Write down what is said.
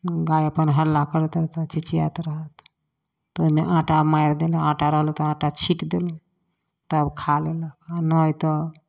गाय अपन हल्ला करैत रहै छै आओर चिचियाइत रहल पहिले आटा मारि देलक आटा रहल तऽ आटा छीट देलहुँ तब खा लेलक आओर नहि तऽ